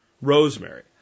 Rosemary